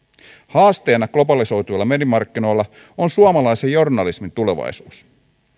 haasteena globalisoituvilla mediamarkkinoilla on suomalaisen journalismin tulevaisuus